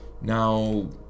Now